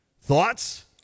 Thoughts